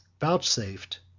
vouchsafed